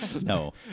no